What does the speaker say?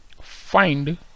find